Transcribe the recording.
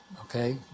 okay